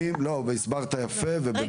הסברת יפה ובבהירות.